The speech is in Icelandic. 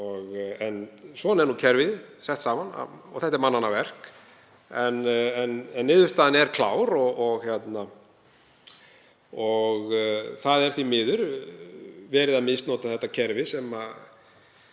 En svona er kerfið sett saman og þetta er mannanna verk. En niðurstaðan er klár. Það er því miður verið að misnota þetta kerfi sem við